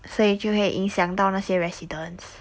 所以就会影响到那些 residents